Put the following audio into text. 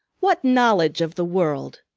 what knowledge of the world!